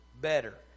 better